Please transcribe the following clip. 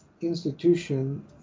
institution